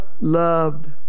loved